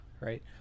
right